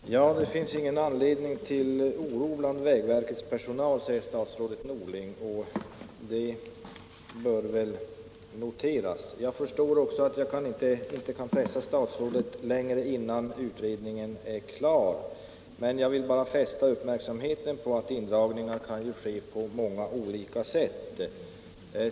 Herr talman! Det finns ingen anledning till oro bland vägverkets personal, säger statsrådet Norling, och det bör väl noteras. Jag förstår att jag inte kan pressa statsrådet längre innan utredningen är klar, men jag vill bara fästa uppmärksamheten på att indragningar kan ske på många olika sätt.